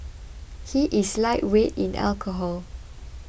he is lightweight in alcohol